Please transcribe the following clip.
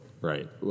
right